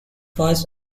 was